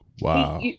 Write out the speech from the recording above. Wow